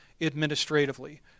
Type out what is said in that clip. administratively